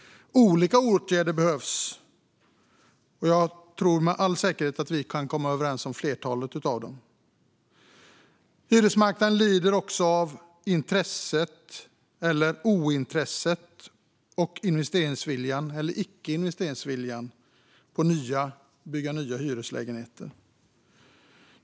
Olika åtgärder behövs, och vi kan säkert komma överens om ett flertal av dem. Hyresmarknaden lider också av ointresse och låg investeringsvilja när det gäller att bygga nya hyreslägenheter.